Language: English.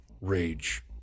rage